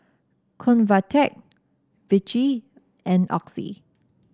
Convatec Vichy and Oxy